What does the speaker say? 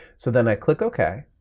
so then i click ok,